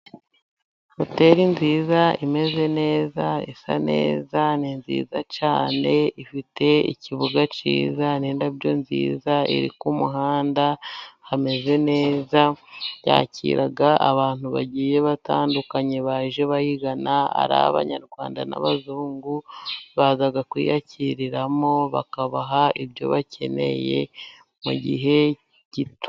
Hoteri nziza imeze neza, isa neza, ni nziza cyane, ifite ikibuga cyiza, indabyo nziza, iri ku muhanda, hameze neza, yakira abantu bagiye batandukanye baje bayigana; ari abanyarwanda n'abazungu baza kwiyakiriramo bakabaha ibyo bakeneye mu gihe gito.